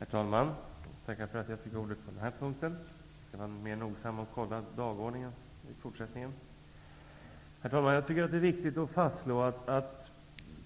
Herr talman! Jag tackar för ordet under den här punkten. I fortsättningen skall jag mer nogsamt bevaka dagordningen. Herr talman! Jag tycker att det är viktigt att fastslå att